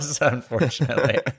unfortunately